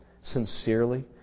sincerely